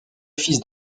fils